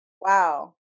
Wow